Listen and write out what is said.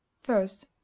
first